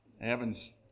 Evans